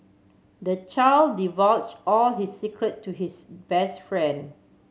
the child divulge all his secret to his best friend